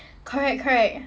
correct correct